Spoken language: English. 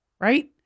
Right